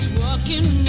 walking